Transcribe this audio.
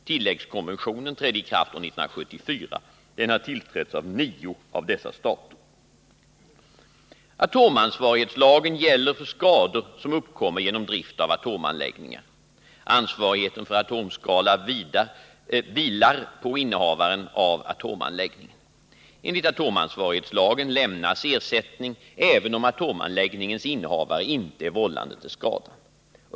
Tilläggskonventionen trädde i kraft år 1974. Den har tillträtts av nio av dessa stater. Atomansvarighetslagen gäller för skador som uppkommer genom drift av atomanläggningar. Ansvarigheten för atomskada vilar på innehavaren av atomanläggningen. Enligt atomansvarighetslagen lämnas ersättning även om atomanläggningens innehavare inte är vållande till skadan.